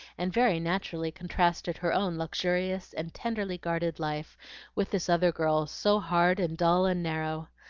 and very naturally contrasted her own luxurious and tenderly guarded life with this other girl's, so hard and dull and narrow.